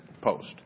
post